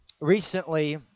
Recently